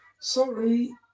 Sorry